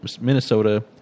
Minnesota